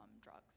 drugs